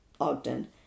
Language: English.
Ogden